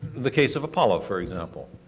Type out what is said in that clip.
the case of apollo, for example,